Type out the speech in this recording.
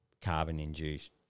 carbon-induced